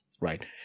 right